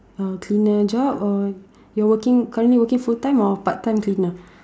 uh cleaner job or you're working currently working full time or part time cleaner